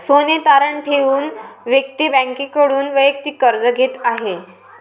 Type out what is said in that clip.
सोने तारण ठेवून व्यक्ती बँकेकडून वैयक्तिक कर्ज घेत आहे